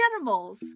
animals